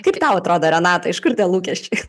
kaip tau atrodo renata iš kur tie lūkesčiai